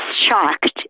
shocked